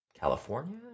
California